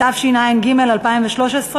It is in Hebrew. התשע"ג 2013,